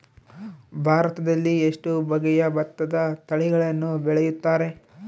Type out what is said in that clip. ಭಾರತದಲ್ಲಿ ಎಷ್ಟು ಬಗೆಯ ಭತ್ತದ ತಳಿಗಳನ್ನು ಬೆಳೆಯುತ್ತಾರೆ?